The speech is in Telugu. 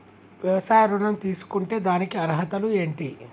వ్యవసాయ ఋణం తీసుకుంటే దానికి అర్హతలు ఏంటి?